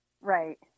Right